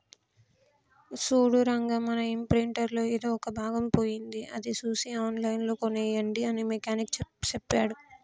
సూడు రంగా మన ఇంప్రింటర్ లో ఎదో ఒక భాగం పోయింది అది సూసి ఆన్లైన్ లో కోనేయండి అని మెకానిక్ సెప్పాడు